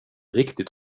riktigt